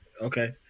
Okay